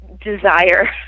desire